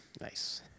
Nice